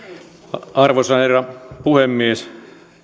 arvoisa herra puhemies johan